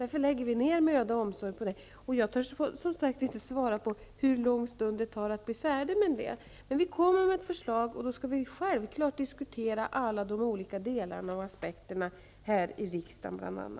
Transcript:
Därför lägger vi ner möda och omsorg på detta. Jag törs som sagt inte svara på hur lång tid det tar att bli färdig med det. Vi kommer med ett förslag, och då skall vi självfallet diskutera alla de olika delarna och aspekterna bl.a. här i riksdagen.